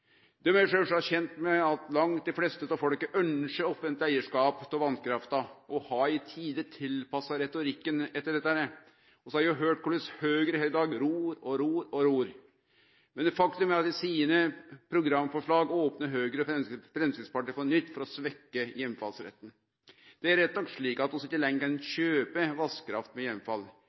Dei er sjølvsagt kjende med at langt dei fleste av folket ønskjer offentleg eigarskap når det gjeld vasskrafta, og har i tide tilpassa retorikken etter dette. Vi har jo høyrt korleis Høgre her i dag ror, ror og ror. Men faktum er at i programforslaga sine opnar Høgre og Framstegspartiet på nytt for å svekkje heimfallsretten. Det er rett nok slik at vi ikkje lenger kan kjøpe vasskraft med